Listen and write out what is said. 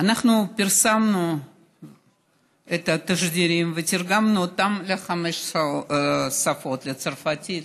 אנחנו פרסמנו את התשדירים ותרגמנו אותם לחמש שפות: לצרפתית,